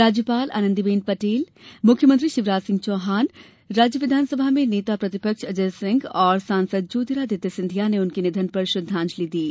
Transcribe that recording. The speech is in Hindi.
राज्यपाल आनंदीबेन पटेल मुख्यमंत्री शिवराज सिंह चौहान राज्य विधानसभा में नेता प्रतिपक्ष अजय सिंह और सांसद ज्योतिरादित्य सिंधिया ने उनके निधन पर श्रद्वांजलि अर्पित की है